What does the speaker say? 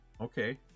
Okay